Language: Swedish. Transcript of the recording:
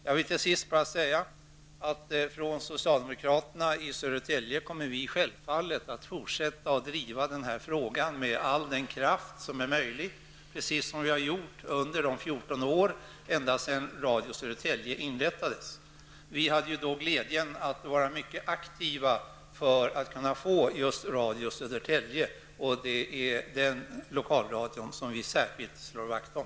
Jag vill till sist bara säga att vi socialdemokrater i Södertälje självfallet kommer att fortsätta att driva den här frågan med all den kraft som är möjlig, precis som vi har gjort under de 14 år som har gått sedan Radio Södertälje inrättades. Vi hade då glädjen att vara mycket aktiva för att kunna få just Radio Södertälje. Det är den lokalradio som vi särskilt slår vakt om.